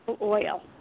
oil